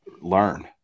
learn